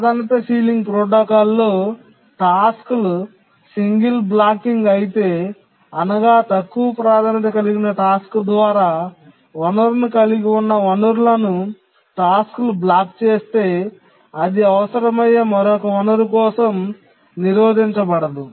ప్రాధాన్యత సీలింగ్ ప్రోటోకాల్లో టాస్క్లు సింగిల్ బ్లాకింగ్ అయితే అనగా తక్కువ ప్రాధాన్యత కలిగిన టాస్క్ ద్వారా వనరును కలిగి ఉన్న వనరులను టాస్క్లు బ్లాక్ చేస్తే అది అవసరమయ్యే మరొక వనరు కోసం నిరోధించదు